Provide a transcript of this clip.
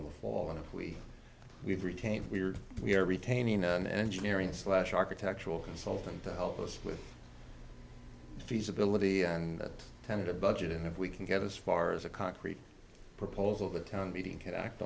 in the fall and we we have retained here we are retaining an engineering slash architectural consultant to help us with feasibility and tentative budget in of we can get as far as a concrete proposal the town meeting could act